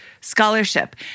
scholarship